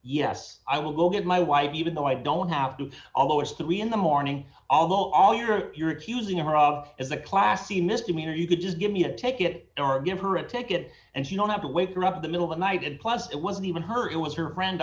yes i will go get my wife even though i don't have to although it's that we in the morning although all her you're accusing her of is a classy misdemeanor you could just give me a take it or give her a ticket and she don't have to wake her up in the middle of night and plus it wasn't even her it was her friend